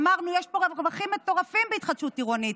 אמרנו שיש רווחים מטורפים בהתחדשות העירונית